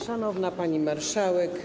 Szanowna Pani Marszałek!